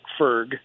Ferg